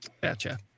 gotcha